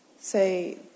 say